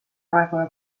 raekoja